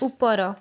ଉପର